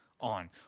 on